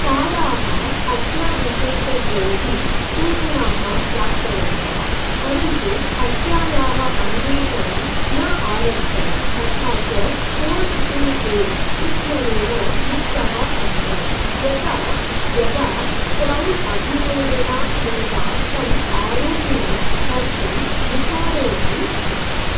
चाराः हत्याविशेषज्ञैः सूचनाः प्राप्तवन्तः परन्तु हत्यायाः अन्वेषणं न आरब्धम् तथा च पोर्ट् तु बेल् इत्यनेन मुक्तः अभवत् यता यदा क्रौन् अभियोजनसेवा तम् आरोपिनं कर्तुं विचारयति स्म